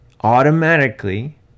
automatically